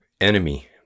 enemy